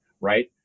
right